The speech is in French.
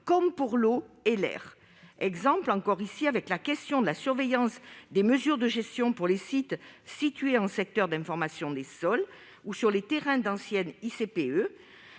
comme pour l'eau et l'air. La question de la surveillance des mesures de gestion pour les sites situés en secteur d'information des sols ou sur les terrains d'anciennes ICPE